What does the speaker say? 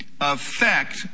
affect